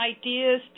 ideas